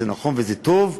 זה נכון וזה טוב,